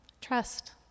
trust